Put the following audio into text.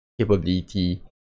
capability